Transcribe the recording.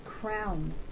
crown